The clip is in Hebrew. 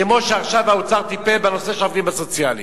כמו שעכשיו האוצר טיפל בנושא של העובדים הסוציאליים.